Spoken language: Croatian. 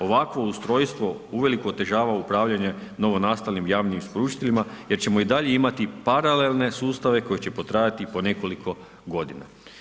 Ovakvo ustrojstvo uvelike otežava upravljanje novo nastalim javnim isporučiteljima jer ćemo i dalje imati paralelne sustave koji će potrajati po nekoliko godina.